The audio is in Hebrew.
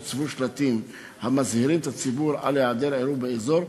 הוצבו שלטים המזהירים את הציבור על היעדר עירוב באזור,